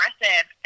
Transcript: aggressive